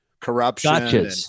corruption